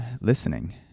listening